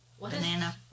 Banana